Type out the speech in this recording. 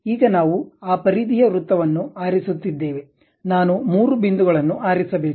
ಈಗ ನಾವು ಆ ಪರಿಧಿಯ ವೃತ್ತವನ್ನು ಆರಿಸುತ್ತಿದ್ದೇವೆ ನಾನು ಮೂರು ಬಿಂದುಗಳನ್ನು ಆರಿಸಬೇಕು